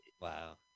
wow